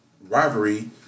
rivalry